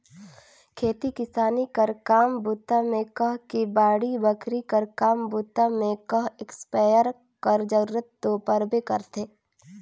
खेती किसानी कर काम बूता मे कह कि बाड़ी बखरी कर काम बूता मे कह इस्पेयर कर जरूरत दो परबे करथे